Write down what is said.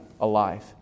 alive